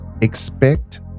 expect